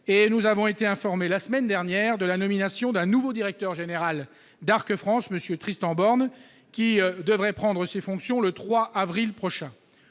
et nous avons été informés, la semaine dernière, de la nomination d'un nouveau directeur général d'Arc France, M. Tristan Borne, qui devrait prendre ses fonctions le 3 avril prochain.